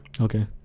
Okay